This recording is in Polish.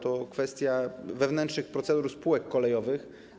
To jest kwestia wewnętrznych procedur spółek kolejowych.